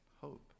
hope